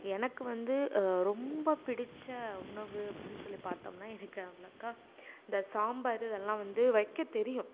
எனக்கு வந்து ரொம்ப பிடித்த உணவு அப்படின்னு சொல்லி பார்த்தம்னா எனக்கு அவ்வளக்கா இந்த சாம்பார் இதெல்லாம் வந்து வைக்க தெரியும்